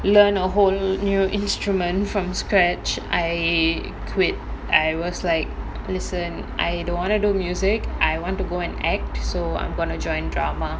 learn a whole new instrument from scratch I quit I was like listen I don't want to do music I want to go and act so I'm going to join drama